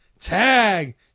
Tag